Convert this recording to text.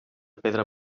pedra